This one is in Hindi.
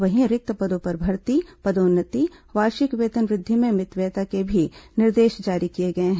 वहीं रिक्त पदों पर भर्ती पदोन्नति वार्षिक वेतन वृद्धि में मितव्यता के भी निर्देश जारी किए गए हैं